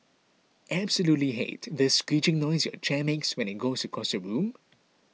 absolutely hate the screeching noise your chair makes when it goes across the room